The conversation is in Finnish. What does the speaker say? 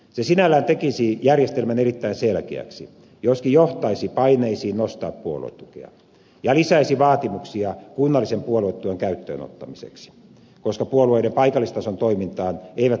se sinällään tekisi järjestelmän erittäin selkeäksi joskin johtaisi paineisiin nostaa puoluetukea ja lisäisi vaatimuksia kunnallisen puoluetuen käyttöönottamiseksi koska puolueiden paikallistason toimintaan eivät puoluetukivarat yleensä riitä